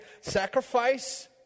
sacrifice